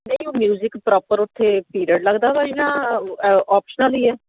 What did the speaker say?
ਨਹੀਂ ਉਹ music proper ਉੱਥੇ ਪੀਰੀਅਡ ਲੱਗਦਾ ਵਾ ਇਹਨਾਂ ਆਪਸ਼ਨਲ ਹੀ ਹੈ